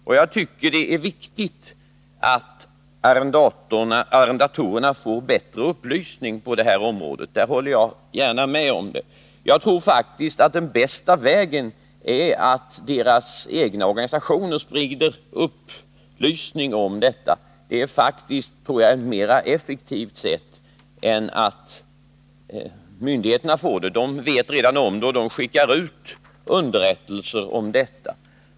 Och jag tycker det är viktigt att arrendatorerna får bättre upplysning på det här området — där håller jag gärna med Ivan Svanström. Jag tror att den bästa vägen för det är att deras egna organisationer sprider upplysning. Jag tror faktiskt det är mer effektivt än om myndigheterna vidtar åtgärder — de vet redan om detta och skickar ut underrättelser.